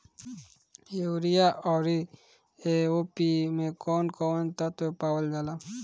Urea औरी AOP मै कौवन कौवन तत्व पावल जाला?